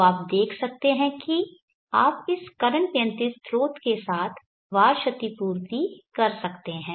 तो आप देख सकते हैं कि आप इस करंट नियंत्रित स्रोत के साथ VAR क्षतिपूर्ति कर सकते हैं